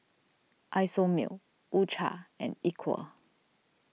Isomil U Cha and Equal